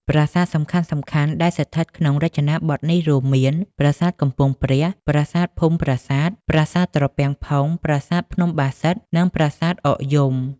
ប្រាសាទសំខាន់ៗដែលស្ថិតក្នុងរចនាបថនេះរួមមាន ប្រាសាទកំពង់ព្រះ ប្រាសាទភូមិប្រាសាទ ប្រាសាទត្រពាំងផុង ប្រាសាទភ្នំបាសិទ្ធ និង ប្រាសាទអកយំ។